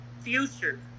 future